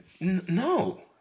No